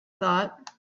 thought